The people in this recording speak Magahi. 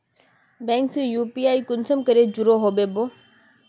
बैंक से यु.पी.आई कुंसम करे जुड़ो होबे बो?